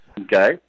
Okay